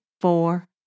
four